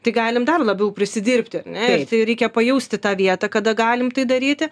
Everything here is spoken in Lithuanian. tai galim dar labiau prisidirbti ar ne ir tai reikia pajausti tą vietą kada galim tai daryti